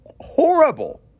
horrible